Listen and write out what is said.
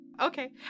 Okay